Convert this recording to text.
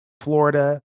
Florida